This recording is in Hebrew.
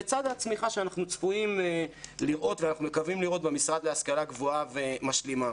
זה לצד הצמיחה שאנחנו צפויים ומקווים לראות במשרד להשכלה גבוהה ומשלימה.